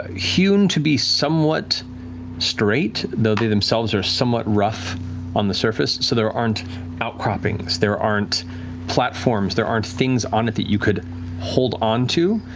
hewn to be somewhat straight, though they themselves are somewhat rough on the surface, so there aren't outcroppings, there aren't platforms, there aren't things on it that you could hold onto.